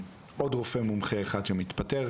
עוד רופא אחד שמתפטר,